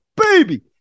baby